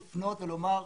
לפנות ולומר תעשו.